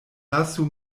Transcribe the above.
lasu